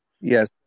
Yes